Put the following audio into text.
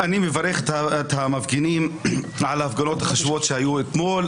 אני מברך את המפגינים על ההפגנות החשובות שהיו אתמול,